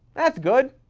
that's good.